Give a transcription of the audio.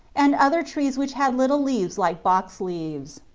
and other trees which had little leaves like box leaves.